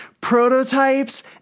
Prototypes